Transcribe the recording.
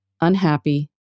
unhappy